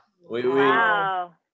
Wow